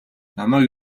намайг